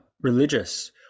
religious